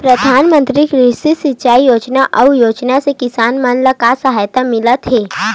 प्रधान मंतरी कृषि सिंचाई योजना अउ योजना से किसान मन ला का सहायता मिलत हे?